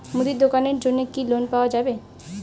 মুদি দোকানের জন্যে কি লোন পাওয়া যাবে?